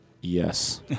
Yes